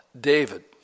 David